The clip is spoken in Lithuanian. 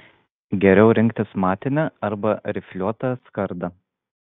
geriau rinktis matinę arba rifliuotą skardą